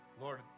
Lord